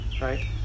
right